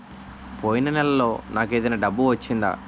పోయిన నెలలో నాకు ఏదైనా డబ్బు వచ్చిందా?